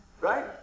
Right